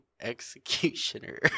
executioner